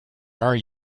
are